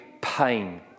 pain